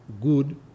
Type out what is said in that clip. good